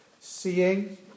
seeing